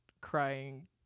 crying